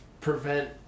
prevent